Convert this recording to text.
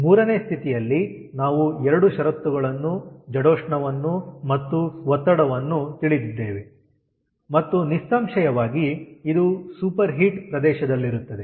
3ನೇ ಸ್ಥಿತಿಯಲ್ಲಿ ನಾವು ಎರಡು ಷರತ್ತುಗಳನ್ನು ಜಡೋಷ್ಣವನ್ನು ಮತ್ತು ಒತ್ತಡವನ್ನು ತಿಳಿದಿದ್ದೇವೆ ಮತ್ತು ನಿಸ್ಸಂಶಯವಾಗಿ ಇದು ಸೂಪರ್ ಹೀಟ್ ಪ್ರದೇಶದಲ್ಲಿರುತ್ತದೆ